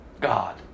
God